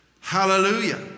Hallelujah